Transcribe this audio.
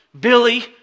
Billy